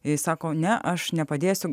jai sako ne aš nepadėsiu